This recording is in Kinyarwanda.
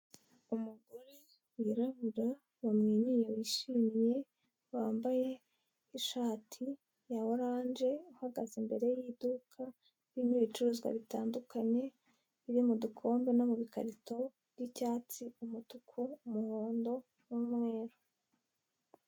Umugore wirabura wamwenyura wishimye, wambaye ishati ya orange, uhagaze imbere y'iduka ririmo ibicuruzwa bitandukanye, biri mu dukombe no mu bikarito by'icyatsi, umutuku, umuhondo n'umweru.